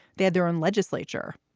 they had their own legislature.